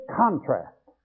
contrast